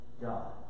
God